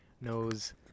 knows